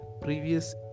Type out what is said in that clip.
previous